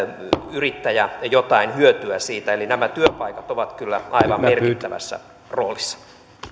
yrittäjä jotain hyötyä siitä eli työpaikat ovat kyllä aivan merkittävässä roolissa